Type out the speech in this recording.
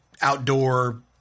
outdoor